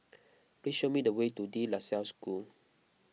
please show me the way to De La Salle School